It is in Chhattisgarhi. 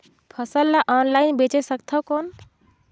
फसल ला ऑनलाइन बेचे सकथव कौन?